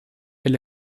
est